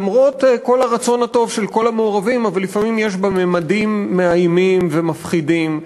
למרות כל הרצון הטוב של כל המעורבים ממדים מאיימים ומפחידים.